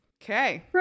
okay